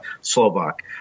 Slovak